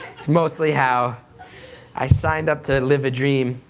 it's mostly how i signed up to live a dream,